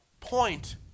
point